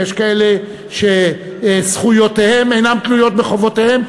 ויש כאלה שזכויותיהם אינן תלויות בחובותיהם,